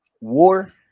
war